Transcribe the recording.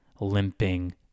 limping